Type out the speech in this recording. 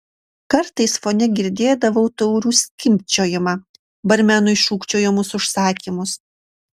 kartais fone girdėdavau taurių skimbčiojimą barmenui šūkčiojamus užsakymus